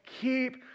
keep